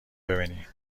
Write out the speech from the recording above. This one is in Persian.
ببینی